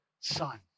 son